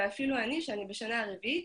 אפילו אני, שאני בשנה רביעית,